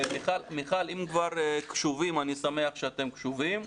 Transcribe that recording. מיכל, אם כבר אתם קשובים אני שמח שאתם קשובים.